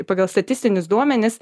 pagal statistinius duomenis